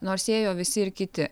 nors ėjo visi ir kiti